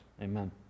Amen